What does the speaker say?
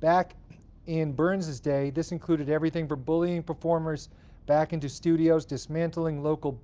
back in berns's day, this included everything for bullying performers back into studios, dismantling local